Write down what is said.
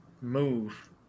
move